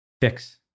fix